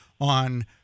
on